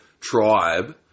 tribe